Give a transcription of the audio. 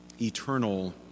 eternal